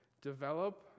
Develop